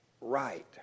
right